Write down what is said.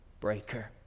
breaker